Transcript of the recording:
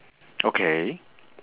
okay